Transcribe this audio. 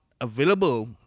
available